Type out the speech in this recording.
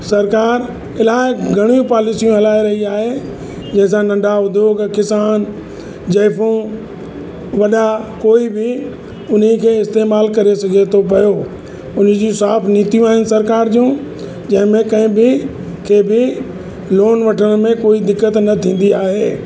सरकारि इलाही घणियूं पॉलिसियूं हलाए रही आहे जंहिंसां नंढा उद्योग किसान ज़ाइफूं वॾा कोई बि उन खे इस्तेमालु करे सघे थो पियो उनी जी साफ़ु नीतियूं आहिनि सरकारि जूं जंहिंमें कंहिं बि कंहिं बि लोन वठण में कोई दिक़त न थींदी आहे